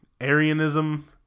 Arianism